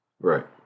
Right